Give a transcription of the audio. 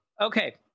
okay